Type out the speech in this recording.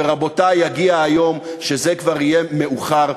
ורבותי, יגיע היום שזה כבר יהיה מאוחר.